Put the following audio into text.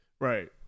Right